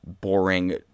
boring